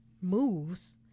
moves